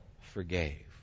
forgave